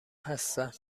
هستم